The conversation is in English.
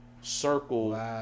circle